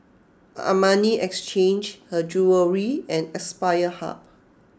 Armani Exchange Her Jewellery and Aspire Hub